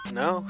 no